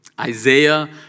Isaiah